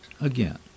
Again